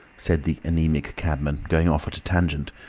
said the anaemic cabman, going off at a tangent,